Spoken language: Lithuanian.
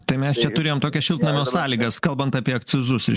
tai mes čia turėjom tokias šiltnamio sąlygas kalbant apie akcizus ir